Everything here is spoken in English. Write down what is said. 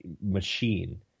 machine